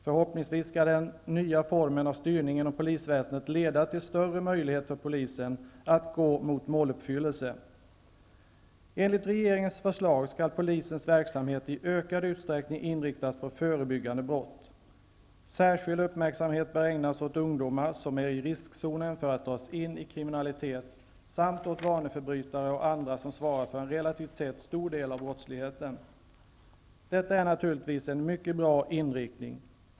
Förhoppningsvis skall den nya formen av styrning inom polisväsendet leda till större möjlighet för polisen att nå målet. Enligt regeringens förslag skall polisens verksamhet i ökad utsträckning inriktas på förebyggande av brott. Särskild uppmärksamhet bör ägnas åt de ungdomar som är i riskzonen för att dras in i kriminalitet samt åt vaneförbrytare och andra som svarar för en relativt sett stor del av brottsligheten. Detta är naturligtvis en mycket bra inriktning.